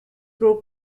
grew